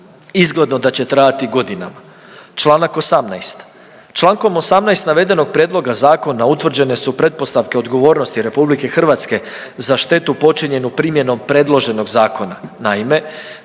izgledno da će trajati godinama. Čl. 18., čl. 18. navedenog prijedloga zakona utvrđene su pretpostavke odgovornosti RH za štetu počinjenu primjenom predloženog zakona.